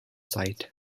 site